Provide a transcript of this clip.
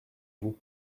vous